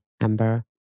Amber